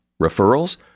Referrals